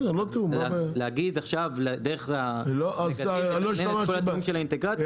להגיד עכשיו דרך המגדלים לתכנן את כל התיאום של האינטגרציות